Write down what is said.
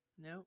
No